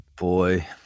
boy